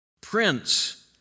Prince